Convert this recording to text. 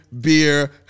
Beer